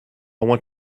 want